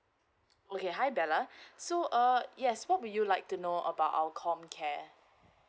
okay hi bella so uh yes what would you like to know about our comcare